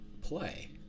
play